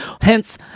hence